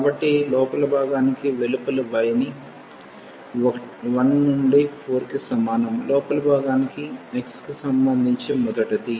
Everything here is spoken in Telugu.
కాబట్టి లోపలి భాగానికి వెలుపలి y ని 1 నుండి 4 కి సమానం లోపలి భాగానికి x కి సంబంధించి మొదటిది